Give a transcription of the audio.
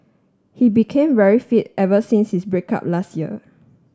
he became very fit ever since his break up last year